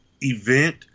event